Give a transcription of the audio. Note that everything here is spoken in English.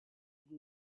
and